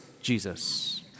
Jesus